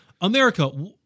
America